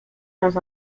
dans